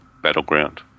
battleground